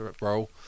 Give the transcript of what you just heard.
role